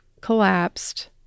collapsed